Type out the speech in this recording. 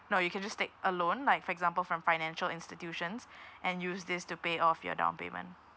no you can just take a loan like for example from financial institutions and use this to pay off your down payment